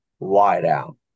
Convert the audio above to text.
wideout